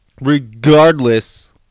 regardless